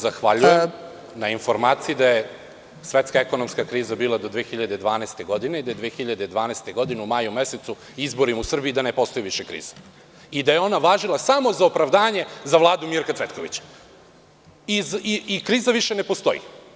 Zahvaljujem se na informaciji da je svetska ekonomska kriza bila do 2012. godine i da se 2012. godine u maju mesecu izborimo u Srbiji da ne postoji više krize i da je ona važila samo za opravdanje za Vladu Mirka Cvetkovića i kriza više ne postoji.